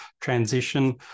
transition